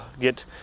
get